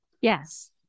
yes